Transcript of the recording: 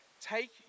Take